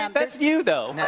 um that's you, though.